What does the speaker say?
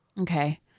Okay